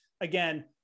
again